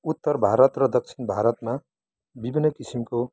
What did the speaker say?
उत्तर भारत र दक्षिण भारतमा विभिन्न किसिमको